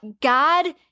God